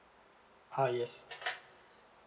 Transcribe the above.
ah yes